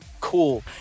cool